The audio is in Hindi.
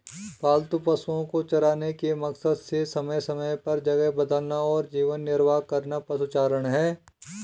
पालतू पशुओ को चराने के मकसद से समय समय पर जगह बदलना और जीवन निर्वाह करना पशुचारण है